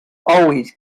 always